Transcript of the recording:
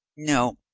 no,